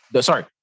sorry